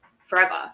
forever